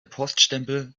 poststempel